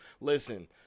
listen